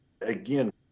again